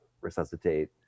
resuscitate